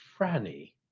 Franny